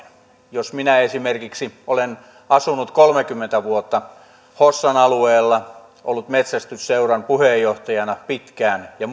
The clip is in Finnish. jos minä esimerkiksi olisin asunut kolmekymmentä vuotta hossan alueella ollut metsästysseuran puheenjohtajana pitkään ja